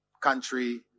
country